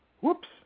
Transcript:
whoops